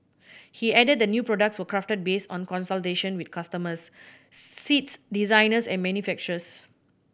he added the new products were crafted based on consultation with customers seat designers and manufacturers